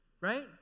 right